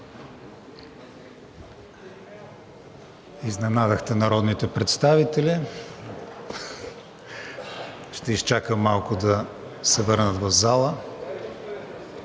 Изненадахте народните представители. Ще изчакам малко да се върнат в залата.